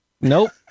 Nope